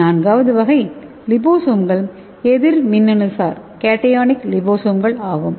நான்காவது வகை லிபோசோம்கள் எதிர்மின்னணுசார் கேஷனிக் லிபோசோம்கள் ஆகும்